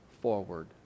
forward